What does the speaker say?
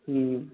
हुँ